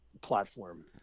platform